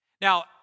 Now